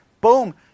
boom